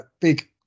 big